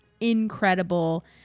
incredible